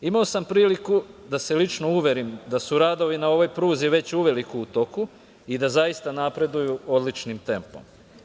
Imao sam priliku da se lično uverim da su radovi na ovoj pruzi već uveliko u toku i da zaista napreduju odličnim tempom.